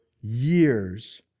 years